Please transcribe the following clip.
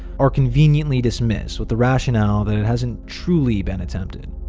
are conveniently dismissed with the rationale that it hasn't truly been attempted,